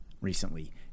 recently